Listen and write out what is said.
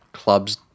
clubs